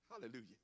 hallelujah